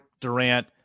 Durant